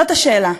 זאת השאלה,